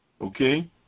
okay